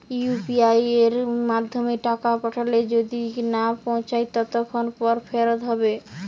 UPI য়ের মাধ্যমে টাকা পাঠালে যদি না পৌছায় কতক্ষন পর ফেরত হবে?